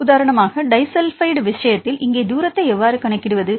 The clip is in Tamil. உதாரணமாக டைஸல்பைடு விஷயத்தில் இங்கே தூரத்தை எவ்வாறு கணக்கிடுவது